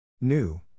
New